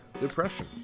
depression